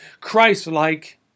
Christ-like